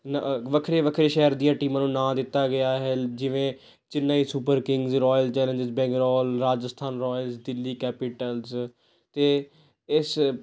ਨ ਵੱਖਰੇ ਵੱਖਰੇ ਸ਼ਹਿਰ ਦੀਆਂ ਟੀਮਾਂ ਨੂੰ ਨਾਮ ਦਿੱਤਾ ਗਿਆ ਹੈ ਜਿਵੇਂ Chennai Super King Royal Challengers Bangalore Rajasthan Royal Delhi Capitals ਅਤੇ ਇਸ